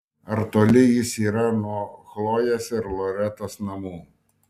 ar toli jis yra nuo chlojės ir loretos namų